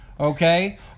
Okay